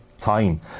time